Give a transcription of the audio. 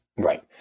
Right